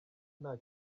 nta